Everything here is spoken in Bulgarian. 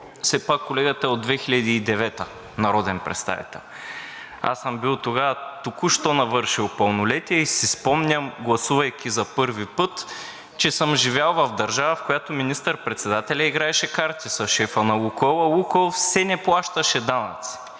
Все пак колегата от 2009 г. е народен представител. Аз съм бил тогава току-що навършил пълнолетие и си спомням, гласувайки за първи път, че съм живял в държава, в която министър-председателят играеше карти с шефа на „Лукойл“, а „Лукойл“ все не плащаше данъци